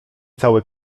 cały